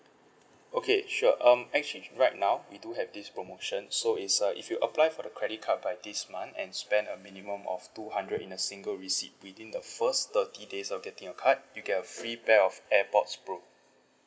okay sure um actually right now we do have this promotion so it's a if you apply for the credit card by this month and spend a minimum of two hundred in a single receipt within the first thirty days of getting your card you'll get a free pair of airpods pro